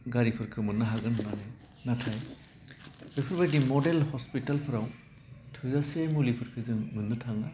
गारिफोरखौ मोनो हागोन होनानै नाथाय बेफोरबायदि मडेल हस्पितालफ्राव थोजासे मुलिफोरखो जों मोनो थाङा